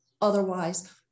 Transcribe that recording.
otherwise